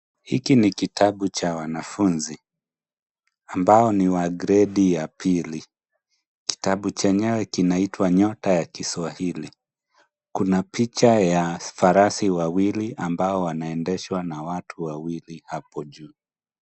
Hiki ni kitabu cha wanafunzi. Ambao ni wa gradi ya pili. Kitabu chenyewe kinaitwa Nyota ya Kiswahili. Kuna picha ya farasi wawili ambao wana endeshwa na watu wawili hapo juu.